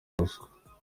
ruswa